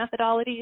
methodologies